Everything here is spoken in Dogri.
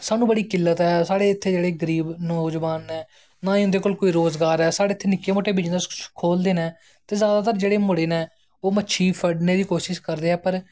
सानूं बड़ी किल्लत ऐ साढ़े इत्थें जेह्ड़े गरीब नौजवान ने नां ई उं'दे कोल रोज़गार ऐ साढ़े इत्थें निक्के मुट्टे बिज़नस खोलदे न ते जादातर जेह्ड़े मुड़े न ओह् मच्छी फड़ने दी कोशश करदे ऐं पर